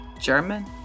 German